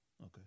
Okay